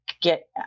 get